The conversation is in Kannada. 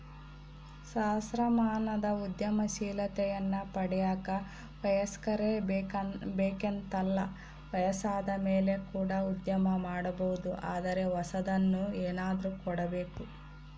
ಸಹಸ್ರಮಾನದ ಉದ್ಯಮಶೀಲತೆಯನ್ನ ಪಡೆಯಕ ವಯಸ್ಕರೇ ಬೇಕೆಂತಲ್ಲ ವಯಸ್ಸಾದಮೇಲೆ ಕೂಡ ಉದ್ಯಮ ಮಾಡಬೊದು ಆದರೆ ಹೊಸದನ್ನು ಏನಾದ್ರು ಕೊಡಬೇಕು